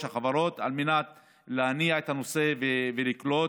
החברות על מנת להניע את הנושא ולקלוט.